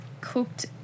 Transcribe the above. cooked